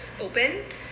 open